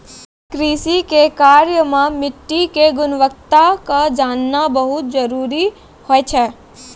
कृषि के कार्य मॅ मिट्टी के गुणवत्ता क जानना बहुत जरूरी होय छै